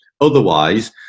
Otherwise